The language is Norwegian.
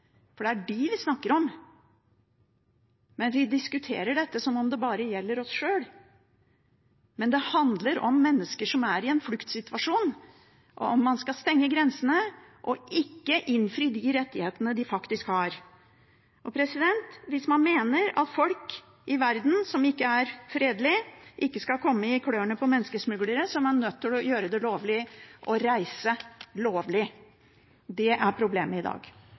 det er dem vi snakker om. Vi diskuterer dette som om det bare gjelder oss sjøl, men det handler om mennesker som er i en fluktsituasjon, og om man skal stenge grensene og ikke innfri rettighetene de faktisk har. Hvis man mener at folk i verden – som ikke er fredelig – ikke skal komme i klørne på menneskesmuglere, er man nødt til å gjøre det lovlig å reise. Det er problemet i dag.